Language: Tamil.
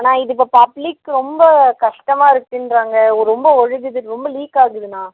அண்ணா இது இப்போ பப்ளிக் ரொம்ப கஷ்டமாக இருக்குதுன்றாங்க ரொம்ப ஒழுகுது ரொம்ப லீக் ஆகுதுண்ணா